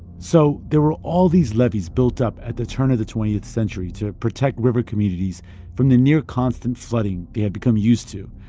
so there were all these levees built up at the turn of the twentieth century to protect river communities from the near constant flooding they had become used to.